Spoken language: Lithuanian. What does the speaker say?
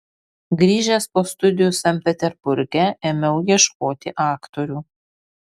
grįžęs po studijų sankt peterburge ėmiau ieškoti aktorių